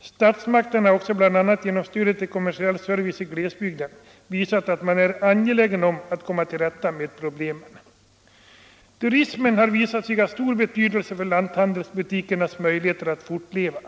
Statsmakterna har också bl.a. genom stödet till kommersiell service i glesbygden visat att man är angelägen om att komma till rätta med problemen. Turismen har visat sig ha stor betydelse för lanthandelsbutikernas möj ligheter att fortleva.